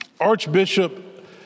Archbishop